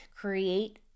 create